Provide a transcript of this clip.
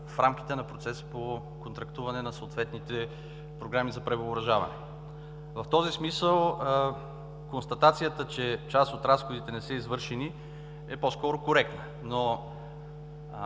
в рамките на процеса по контрактуване на съответните програми за превъоръжаване. В този смисъл констатацията, че част от разходите не са извършени, е по-скоро коректна.